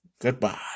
Goodbye